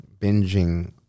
binging